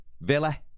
Villa